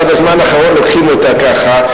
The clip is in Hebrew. עכשיו, בזמן האחרון, לוקחים, ככה.